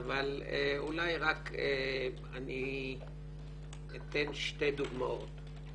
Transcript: אבל אולי רק אני אתן שתי דוגמאות.